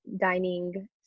dining